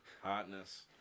Hotness